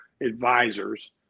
advisors